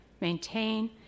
maintain